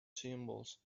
symbols